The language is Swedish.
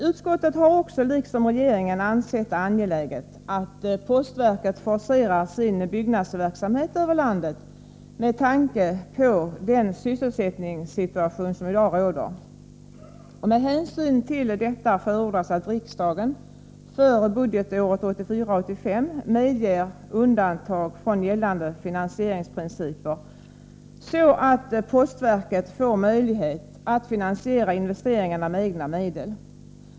Utskottet har, liksom regeringen, ansett det angeläget att postverket forcerar sin byggnadsverksamhet över landet med tanke på den sysselsättningssituation som i dag råder. Med hänsyn till detta förordas att riksdagen för budgetåret 1984/85 medger undantag från gällande finansieringsprinciper, så att postverket får möjlighet att finansiera investeringarna med egna medel.